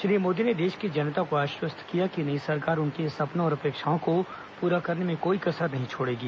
श्री मोदी ने देश की जनता को आश्वस्त किया कि नई सरकार उनके सपनों और अपेक्षाओं को पूरा करने में कोई कसर नहीं छोड़गी